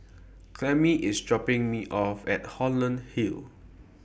Clemmie IS dropping Me off At Holland Hill